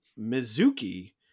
Mizuki